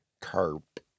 Carp